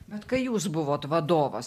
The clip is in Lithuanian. bet kai jūs buvot vadovas